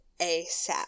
ASAP